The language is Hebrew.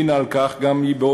שהלינה על כך גם היא,